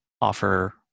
offer